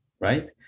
right